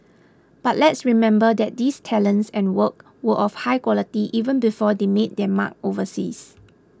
but let's remember that these talents and work were of high quality even before they made their mark overseas